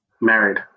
Married